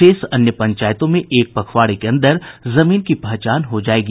शेष अन्य पंचायतों में एक पखवाड़े के अंदर जमीन की पहचान हो जायेगी